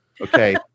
Okay